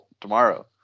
tomorrow